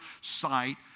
sight